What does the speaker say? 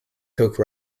coke